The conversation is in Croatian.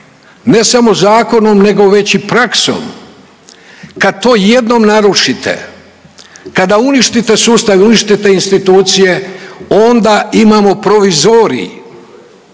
ne samo zakonom nego već i praksom. Kad to jednom narušite, kada uništite sustav i uništite institucije onda imamo provizorij,